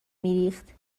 میریخت